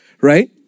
right